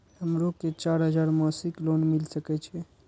हमरो के चार हजार मासिक लोन मिल सके छे?